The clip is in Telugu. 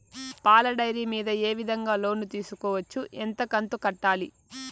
పాల డైరీ మీద ఏ విధంగా లోను తీసుకోవచ్చు? ఎంత కంతు కట్టాలి?